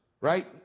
right